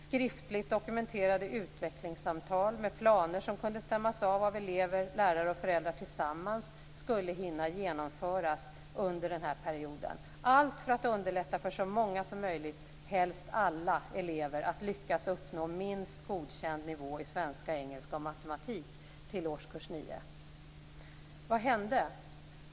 Skriftligt dokumenterade utvecklingssamtal med planer som kunde stämmas av av elever, lärare och föräldrar tillsammans skulle hinna genomföras under denna period, allt för att underlätta för så många som möjligt - helst alla elever - att minst uppnå godkänd nivå i svenska, engelska och matematik till årskurs 9. Vad hände?